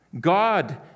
God